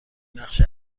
نقش